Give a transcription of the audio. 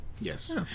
yes